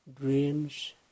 dreams